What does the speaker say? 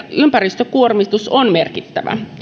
ympäristökuormitus on merkittävä